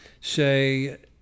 say